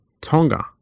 Tonga